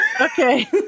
Okay